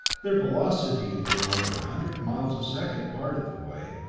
their velocity had been over a hundred miles a second part of the way,